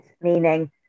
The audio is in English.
Meaning